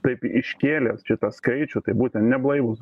taip iškėlė čia tą skaičių tai būtent neblaivūs